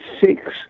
six